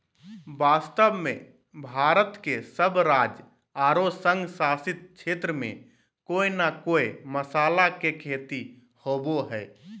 वास्तव में भारत के सब राज्य आरो संघ शासित क्षेत्र में कोय न कोय मसाला के खेती होवअ हई